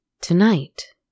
Tonight